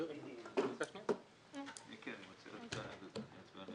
אתה יודע אם